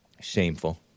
shameful